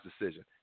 decision